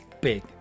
big